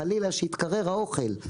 שחלילה לא יתקרר האוכל.